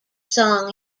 song